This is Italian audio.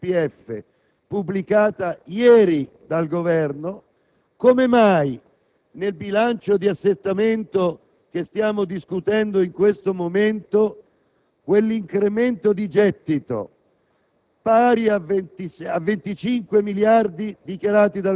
722 miliardi scritti nella Nota di aggiornamento al DPEF pubblicata ieri dal Governo, come mai nel bilancio di assestamento che stiamo discutendo in questo momento l'incremento di gettito